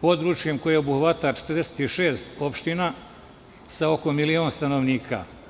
područjem koje obuhvata 46 opština sa oko milion stanovnika.